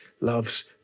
loves